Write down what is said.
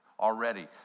already